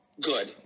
good